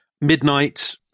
midnight